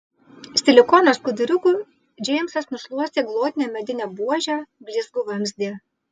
silikono skuduriuku džeimsas nušluostė glotnią medinę buožę blizgų vamzdį